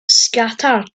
scattered